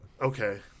Okay